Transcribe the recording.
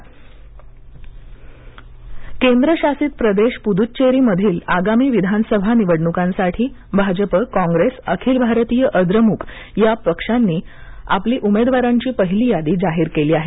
पदच्चेरी केंद्रशासीत प्रदेश पुद्रच्चेरी मधील आगामी विधानसभा निवडणूकांसाठी भाजप कॉंग्रेसअखिल भारतीय अद्रमुक या प्रमुख पक्षांनी आपली उमेदवारांची पहिली यादी जाहीर केली आहे